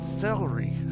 celery